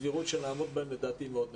הסבירות שנעמוד בהם לדעתי מאוד נמוכה.